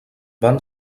van